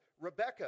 Rebecca